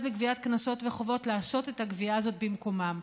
לגביית קנסות וחובות לעשות את הגבייה הזאת במקומן.